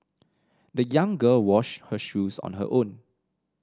the young girl washed her shoes on her own